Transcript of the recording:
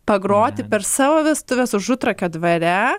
pagroti per savo vestuves užutrakio dvare